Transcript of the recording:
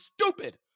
stupid